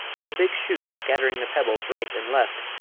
her big shoes scattering the pebbles right and left,